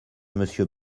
monsieur